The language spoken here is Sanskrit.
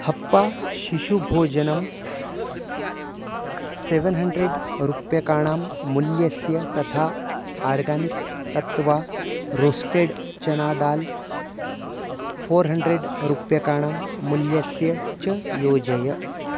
हप्पा शिशुभोजनं सेवेन् हण्ड्रेड् रूप्यकाणां मूल्यस्य तथा organic Tattva roasted chana dal four hundred रूप्यकाणां मूल्यस्य च योजय